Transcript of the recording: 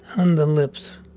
and lips